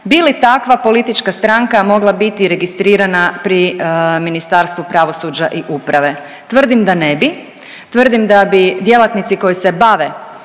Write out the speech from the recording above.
bi li takva politička stranka mogla biti registrirana pri Ministarstvu pravosuđa i uprave? Tvrdim da ne bi, tvrdim da bi djelatnici koji se bave